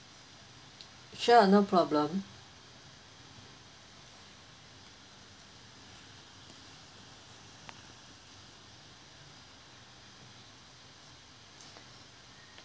sure no problem